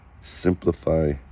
simplify